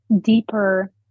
deeper